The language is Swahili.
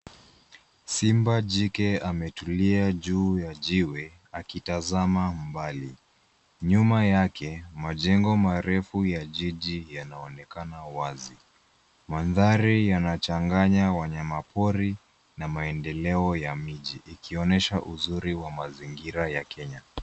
Simba jike ametulia juu ya jiwe akitazama mbali. Nyuma yake, majengo marefu ya jiji yanaonekana wazi. Mandhari yanachanganya wanyamapori na maendeleo ya miji ikionyesha uzuri wa mazingira ya Kenya.